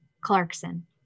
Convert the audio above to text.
Clarkson